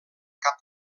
cap